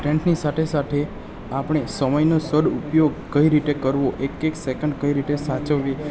સ્ટ્રેન્થની સાથે સાથે આપણે સમયનો સદુપયોગ કઈ રીતે કરવો એક એક સેકન્ડ કઈ રીતે સાચવવી